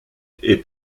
est